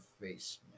face